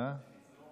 לא.